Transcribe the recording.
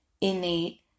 innate